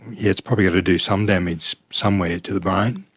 it's probably got to do some damage somewhere to the brain.